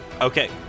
Okay